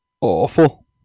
awful